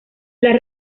las